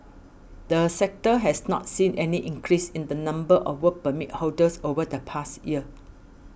the sector has not seen any increase in the number of Work Permit holders over the past year